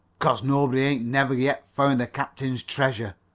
cause nobody ain't never yet found the captain's treasure.